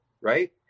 right